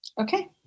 Okay